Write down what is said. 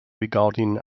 regarding